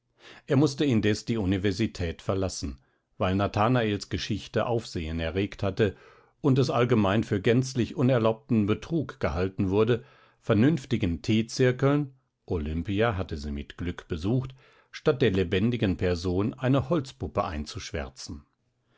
er mußte indes die universität verlassen weil nathanaels geschichte aufsehen erregt hatte und es allgemein für gänzlich unerlaubten betrug gehalten wurde vernünftigen teezirkeln olimpia hatte sie mit glück besucht statt der lebendigen person eine holzpuppe einzuschwärzen